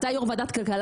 אתה יושב ראש ועדת כלכלה,